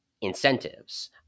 incentives